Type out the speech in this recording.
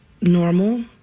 normal